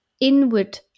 inward